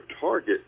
target